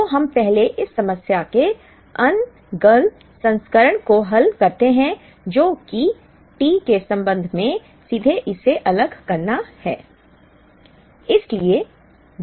तो हम पहले इस समस्या के अनर्गल संस्करण को हल करते हैं जो कि T के संबंध में सीधे इसे अलग करना है